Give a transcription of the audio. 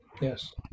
Yes